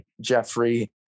Jeffrey